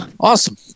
awesome